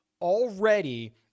already